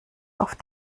auf